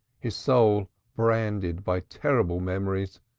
his soul branded by terrible memories,